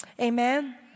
amen